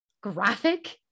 graphic